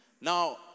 Now